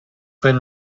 been